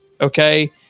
okay